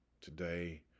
today